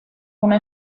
una